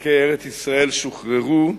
כשחלקי ארץ-ישראל שוחררו,